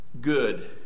good